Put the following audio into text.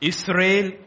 Israel